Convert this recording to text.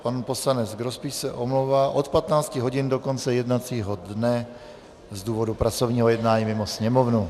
Pan poslanec Grospič se omlouvá od 15 hodin do konce jednacího dne z důvodu pracovního jednání mimo Sněmovnu.